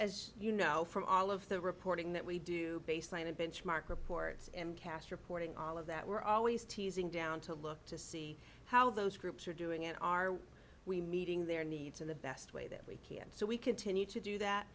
as you know from all of the reporting that we do baseline a benchmark reports and cast reporting all of that we're always teasing down to look to see how those groups are doing and are we meeting their needs in the best way that we can so we continue to do that